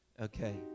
Okay